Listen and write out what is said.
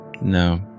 No